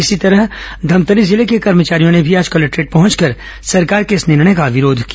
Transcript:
इसी तरह धमतरी जिले के कर्मचारियों ने भी आज कलेक्टोरेट पहुंचकर सरकार के इस निर्णय का विरोध किया